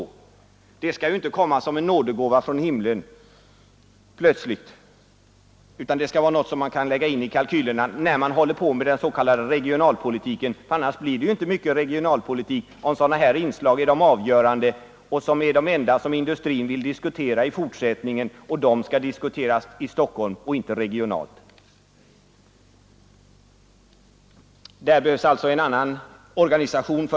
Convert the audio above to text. De pengarna skall inte plötsligt komma som en nådegåva från himlen, utan det skulle vara något som man kan lägga in i kalkylerna när man håller på med den s.k. regionalpolitiken. Det blir ju inte mycket regionalpolitik, om sådana här inslag är de avgörande och de enda som industrin vill diskutera i fortsättningen — och om ärendena skall diskuteras i Stockholm, alltså inte regionalt. För detta borde det finnas en annan organisation.